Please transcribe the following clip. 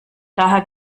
daher